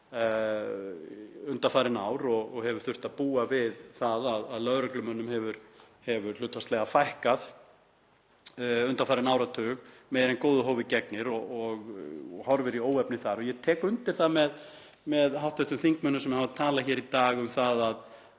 undanfarin ár og hefur þurft að búa við það að lögreglumönnum hefur hlutfallslega fækkað undanfarinn áratug meira en góðu hófi gegnir og horfir í óefni þar. Ég tek undir með hv. þingmönnum sem hafa talað hér í dag um að það